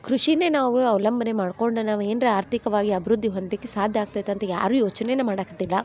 ಕೃಷಿನೇ ನಾವು ಅವಲಂಬನೆ ಮಾಡ್ಕೊಂಡು ನಾವು ಏನ್ರ ನಾವು ಆರ್ಥಿಕ್ವಾಗಿ ಅಭಿವೃದ್ಧಿ ಹೊಂದಲಿಕ್ಕೆ ಸಾಧ್ಯ ಆಗ್ತೈತಿ ಅಂತ ಯಾರು ಯೋಚನೆನೆ ಮಾಡಕತ್ತಿಲ್ಲ